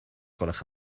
gwelwch